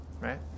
right